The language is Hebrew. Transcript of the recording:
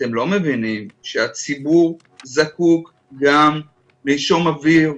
אתם לא מבינים שהציבור זקוק גם לנשום אוויר,